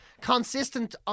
Consistent